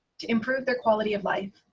to improve their quality of life,